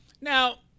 Now